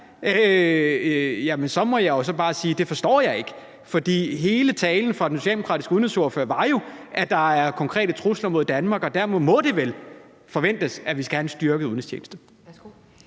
må jeg så bare sige: Det forstår jeg ikke. For hele talen fra den socialdemokratiske udenrigsordfører var jo om, at der er konkrete trusler mod Danmark, og dermed må det vel forventes, at vi skal have en styrket udenrigstjeneste.